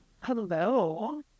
Hello